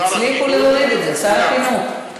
הצליחו להוריד את זה, שר החינוך.